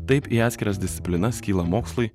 taip į atskiras disciplinas skyla mokslai